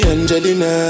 Angelina